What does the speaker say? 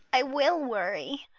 i will worry.